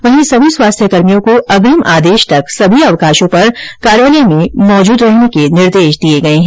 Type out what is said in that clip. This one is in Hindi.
वहीं सभी स्वास्थ्यकर्मियों को अग्रिम आदेश तक सभी अवकाशों पर कार्यालय में उपस्थित रहने के निर्देश दिए गए है